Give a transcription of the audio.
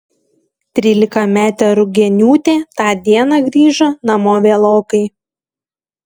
trylikametė rugieniūtė tą dieną grįžo namo vėlokai